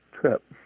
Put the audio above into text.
trip